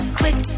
quick